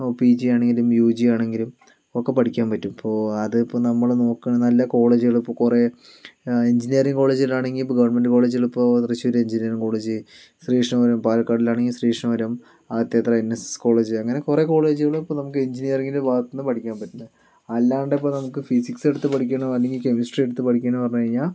P ജിയാണെങ്കിലും U ജിയാണെങ്കിലും ഒക്കെ പഠിക്കാൻ പറ്റും ഇപ്പോൾ അതിപ്പോൾ നമ്മൾ നോക്കുകയാണ് നല്ല കോളേജുകൾ ഇപ്പോൾ കുറേ എഞ്ചിനീയറിങ്ങ് കോളേജിലാണെങ്കിൽ ഇപ്പോൾ ഗവണ്മെന്റ് കോളേജിലിപ്പോൾ തൃശ്ശൂർ എഞ്ചിനീയറിങ് കോളേജ് ശ്രീ കൃഷ്ണപുരം പാലക്കാടിലാണെങ്കിൽ ശ്രീകൃഷ്ണപുരം ആകത്തിയാത്തറ എൻ എസ് എസ് കോളേജ് അങ്ങനെ കുറേ കോളേജുകൾ നമുക്ക് ഇപ്പോൾ എഞ്ചിനീയറിങ്ങിന്റെ ഭാഗത്ത് നിന്ന് പഠിക്കാൻ പറ്റുന്നത് അല്ലാണ്ടിപ്പോൾ നമുക്ക് ഫിസിക്സ ടുത്ത് പഠിക്കണോ അല്ലെങ്കിൽ കെമിസ്ട്രി എടുത്ത് പഠിക്കണമെന്ന് പറഞ്ഞ് കഴിഞ്ഞാൽ